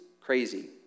crazy